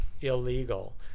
illegal